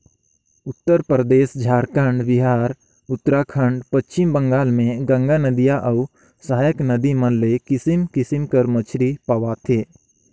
उत्तरपरदेस, झारखंड, बिहार, उत्तराखंड, पच्छिम बंगाल में गंगा नदिया अउ सहाएक नदी मन में किसिम किसिम कर मछरी पवाथे